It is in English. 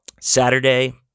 Saturday